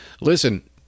listen